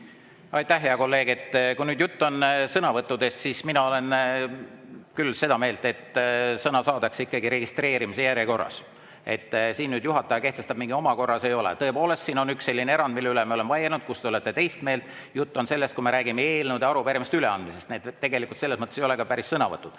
Aitäh, hea kolleeg! Kui jutt on sõnavõttudest, siis mina olen küll seda meelt, et sõna saadakse ikkagi registreerimise järjekorras. Et siin juhataja kehtestab mingi oma korra, seda ei ole. Tõepoolest, siin on üks selline erand, mille üle me oleme vaielnud ja kus te olete teist meelt. Jutt on sellest, kui me räägime eelnõude ja arupärimiste üleandmisest. Need tegelikult selles mõttes ei ole päris sõnavõtud.